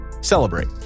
celebrate